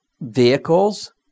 vehicles